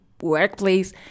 workplace